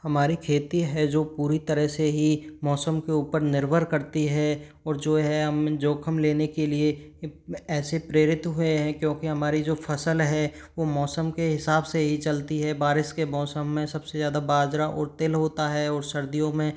हमारी खेती है जो पूरी तरह से ही मौसम के ऊपर निर्भर करती है और जो है हम जोखिम लेने के लिए ऐसे प्रेरित हुए हैं क्योंकि हमारी जो फसल है वो मौसम के हिसाब से ही चलती है बारिश के मौसम में सबसे ज़्यादा बाजरा और तिल होता है और सर्दियों में